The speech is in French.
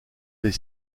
des